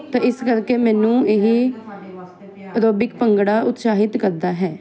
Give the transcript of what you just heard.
ਤਾਂ ਇਸ ਕਰਕੇ ਮੈਨੂੰ ਇਹ ਆਰੋਬਿਕ ਭੰਗੜਾ ਉਤਸ਼ਾਹਿਤ ਕਰਦਾ ਹੈ